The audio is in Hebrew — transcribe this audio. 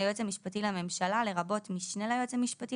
"היועץ המשפטי לממשלה" לרבות משנה ליועץ המשפטי